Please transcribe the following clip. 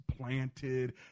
planted